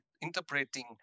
interpreting